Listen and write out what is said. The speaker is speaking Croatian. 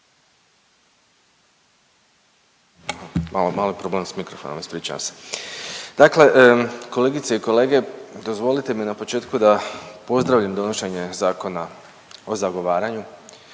Mali problem sa mikrofonom, ispričavam se. Dakle, kolegice i kolege dozvolite mi na početku da pozdravim donošenje Zakona o zagovaranju.